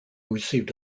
received